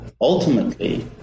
Ultimately